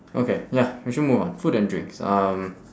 okay ya we should move on food and drinks um